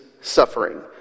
suffering